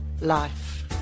life